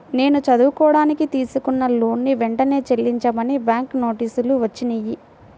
నేను చదువుకోడానికి తీసుకున్న లోనుని వెంటనే చెల్లించమని బ్యాంకు నోటీసులు వచ్చినియ్యి